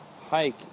hike